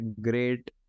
great